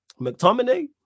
McTominay